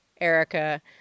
Erica